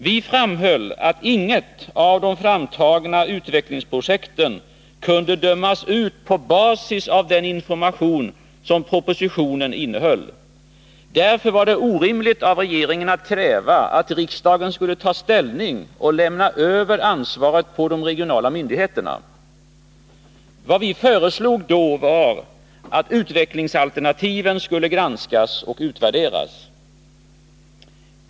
Vi framhöll att inget av de framtagna utvecklingsprojekten kunde dömas ut på basis av den information som propositionen innehöll. Därför var det orimligt av regeringen att kräva att riksdagen skulle ta ställning och lämna över ansvaret till de regionala myndigheterna. Vad vi föreslog då var att utvecklingsalternativen skulle granskas och utvärderas.